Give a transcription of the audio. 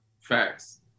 Facts